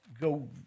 go